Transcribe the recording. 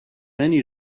menu